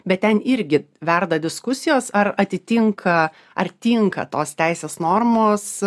bet ten irgi verda diskusijos ar atitinka ar tinka tos teisės normos